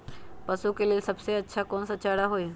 पशु के लेल सबसे अच्छा कौन सा चारा होई?